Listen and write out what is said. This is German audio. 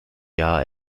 jahr